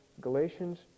Galatians